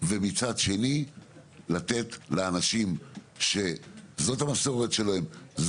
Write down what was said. ומצד שני לתת לאנשים שזו המסורת שלהם,